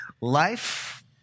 Life